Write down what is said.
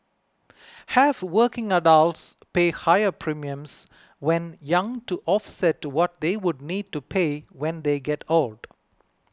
have working adults pay higher premiums when young to offset what they would need to pay when they get old